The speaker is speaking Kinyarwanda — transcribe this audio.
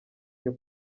cyo